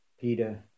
Peter